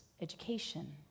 education